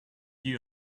you